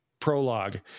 prologue